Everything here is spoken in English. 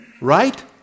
Right